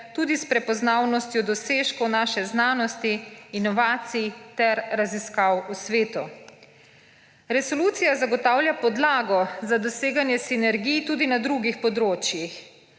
tudi s prepoznavnostjo dosežkov naše znanosti, inovacij ter raziskav v svetu. Resolucija zagotavlja podlago za doseganje sinergij tudi na drugih področjih.